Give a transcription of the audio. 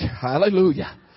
Hallelujah